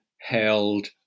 held